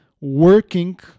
working